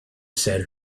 said